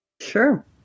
Sure